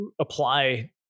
apply